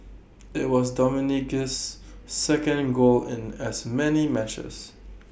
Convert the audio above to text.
IT was Dominguez's second goal in as many matches